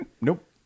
Nope